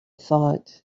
thought